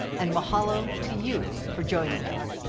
and mahalo to you for joining us.